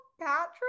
patrick